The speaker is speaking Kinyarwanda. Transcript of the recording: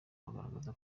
bagaragaza